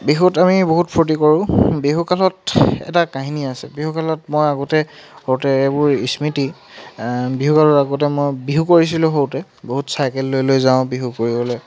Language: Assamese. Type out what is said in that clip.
বিহুত আমি বহুত ফূৰ্ত্তি কৰোঁ বিহুকালত এটা কাহিনী আছে বিহুকালত মই আগতে সৰুতে এইবোৰ ইস্মৃতি বিহুত আগতে মই বিহু কৰিছিলোঁ সৰুতে বহুত চাইকেল লৈ লৈ যাওঁ বিহু কৰিবলৈ